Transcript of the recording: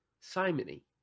simony